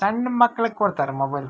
ಸಣ್ಣ ಮಕ್ಳಿಗೆ ಕೊಡ್ತಾರೆ ಮೊಬೈಲ್ ಫೋನ್